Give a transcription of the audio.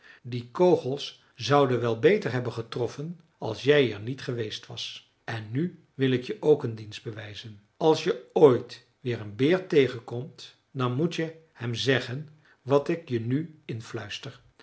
die kogels zouden wel beter hebben getroffen als jij er niet geweest was en nu wil ik je ook een dienst bewijzen als je ooit weer een beer tegenkomt dan moet je hem zeggen wat ik je nu influister